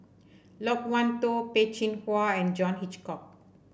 Loke Wan Tho Peh Chin Hua and John Hitchcock